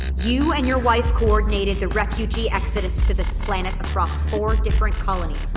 you and your wife coordinated the refugee exodus to this planet across four different colonies.